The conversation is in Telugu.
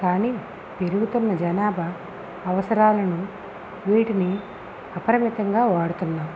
కానీ పెరుగుతున్న జనాభా అవసరాలను వీటిని అపరిమితంగా వాడుతున్నారు